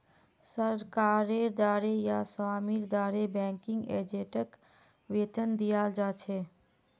सरकारेर द्वारे या स्वामीर द्वारे बैंकिंग एजेंटक वेतन दियाल जा छेक